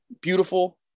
beautiful